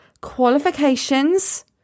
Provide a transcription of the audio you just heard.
qualifications